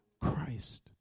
Christ